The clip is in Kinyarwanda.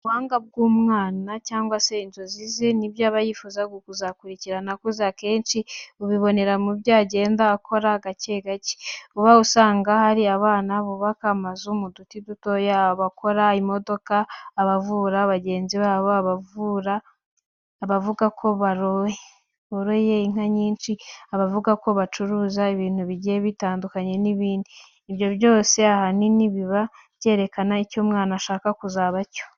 Ubuhanga bw'umwana cyangwa se inzozi ze n'ibyo aba yifuza kuzakurikirana akuze, akenshi ubibonera mu byo agenda akora gake gake. Uba usanga hari abana bubaka amazu mu duti dutoya, abakora imodoka, abavura bagenzi babo, abavuga ko boroye inka nyinshi, abavuga ko bacuruza ibintu bigiye bitandukanye n'ibindi n'ibindi. Ibyo byose ahanini biba byerekana icyo umwana ashaka kuzaba cyo.